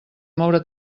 moure